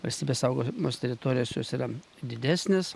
valstybės saugomos teritorijos jos yra didesnės